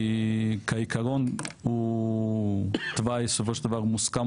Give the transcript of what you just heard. כעיקרון הוא תוואי שבסופו של דבר שמוסכם